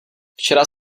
včera